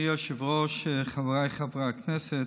אדוני היושב-ראש, חבריי חברי הכנסת,